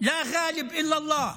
(אומר בערבית: אין מנצח מלבד אללה,)